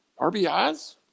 RBIs